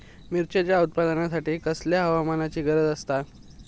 मिरचीच्या उत्पादनासाठी कसल्या हवामानाची गरज आसता?